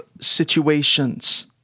situations